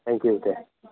thank you Day